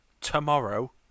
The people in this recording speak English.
tomorrow